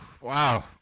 wow